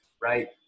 right